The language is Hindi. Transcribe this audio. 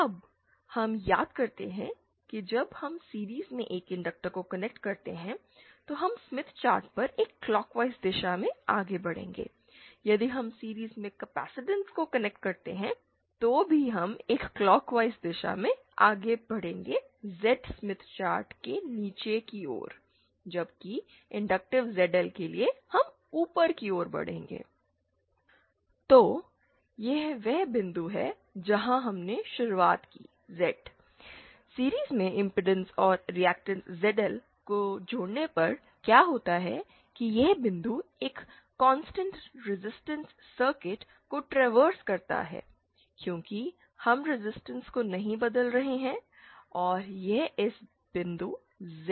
अब हम याद करते हैं कि जब हम सीरिज़ में एक इंडक्टर को कनेक्ट करते हैं तो हम स्मिथ चार्ट पर एक क्लॉकवाइज दिशा में आगे बढ़ेंगे यदि हम सीरिज़ में कैपेसिटेंस को कनेक्ट करते हैं तो भी हम एक क्लॉकवाइज़ दिशा में आगे बढ़ेंगे Z स्मिथ चार्ट के नीचे की ओर जबकि एक इंडक्टिव zl के लिए हम ऊपर की ओर बढ़ेंगे